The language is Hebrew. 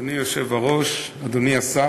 אדוני היושב-ראש, אדוני השר,